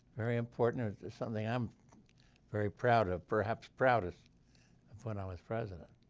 very important. it's something i'm very proud of, perhaps proudest of when i was president.